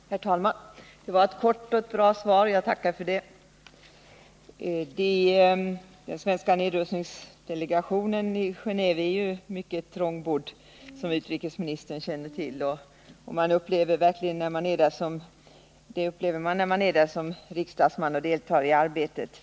Herr talman! Det var ett kort och bra svar, och jag tackar för det. Den svenska nedrustningsdelegationen i Genåve är mycket trångbodd, som utrikesministern känner till, och det upplever man när man som riksdagsman är där och deltar i arbetet.